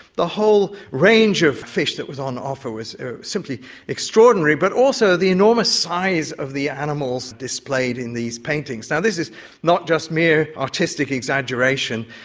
the whole range of fish that was on offer was simply extraordinary, but also the enormous size of the animals displayed in these paintings. and this is not just mere artistic exaggeration.